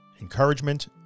encouragement